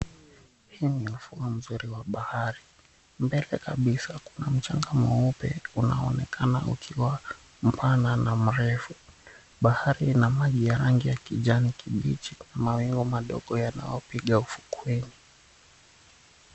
Huu ni ufuo mzuri wa bahari. Mbele kabisa kuna mchanga mweupe unaoonekana ukiwa mpana na mrefu. Bahari ina maji ya rangi ya kijanikibichi na mawingu madogo yanayopiga ufukweni.